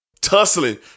Tussling